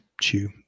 chew